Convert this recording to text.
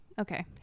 okay